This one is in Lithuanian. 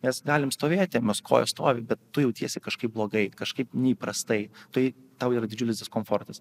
mes galim stovėti mūsų kojos stovi bet tu jautiesi kažkaip blogai kažkaip neįprastai tai tau yra didžiulis diskomfortas